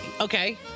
Okay